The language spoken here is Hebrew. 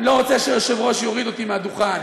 אני לא רוצה שהיושב-ראש יוריד אותי מהדוכן,